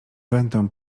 będę